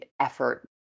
effort